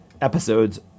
episodes